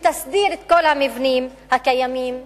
שתסדיר את כל המבנים הקיימים בכפר.